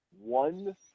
One